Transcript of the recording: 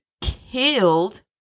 killed